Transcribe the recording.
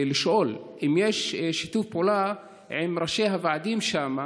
לשאול אם יש שיתוף פעולה עם ראשי הוועדים שם,